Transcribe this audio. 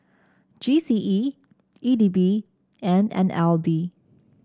G C E E D B and N L B